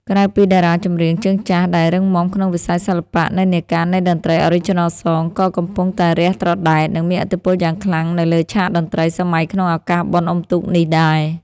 ក្រៅពីតារាចម្រៀងជើងចាស់ដែលរឹងមាំក្នុងវិស័យសិល្បៈ និន្នាការនៃតន្ត្រី Original Song ក៏កំពុងតែរះត្រដែត និងមានឥទ្ធិពលយ៉ាងខ្លាំងនៅលើឆាកតន្ត្រីសម័យក្នុងឱកាសបុណ្យអុំទូកនេះដែរ។